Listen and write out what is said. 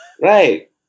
right